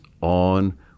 on